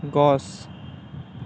গছ